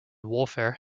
warfare